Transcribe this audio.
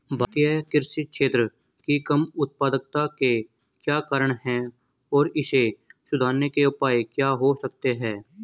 भारतीय कृषि क्षेत्र की कम उत्पादकता के क्या कारण हैं और इसे सुधारने के उपाय क्या हो सकते हैं?